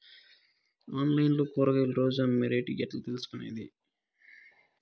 Online లో కూరగాయలు రోజు అమ్మే రేటు ఎట్లా తెలుసుకొనేది?